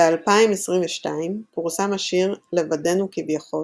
ב-2022 פורסם השיר "לבדנו כביכול",